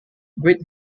great